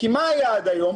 כי מה היה עד היום?